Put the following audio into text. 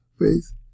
faith